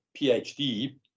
PhD